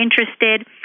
interested